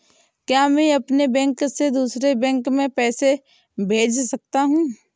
क्या मैं एक बैंक से दूसरे बैंक में पैसे भेज सकता हूँ?